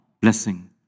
blessing